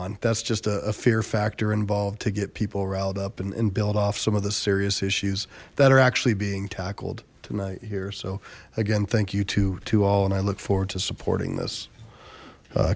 on that's just a fear factor involved to get people riled up and build off some of the serious issues that are actually being tackled tonight here so again thank you to to all and i look forward to supporting this